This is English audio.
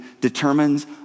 determines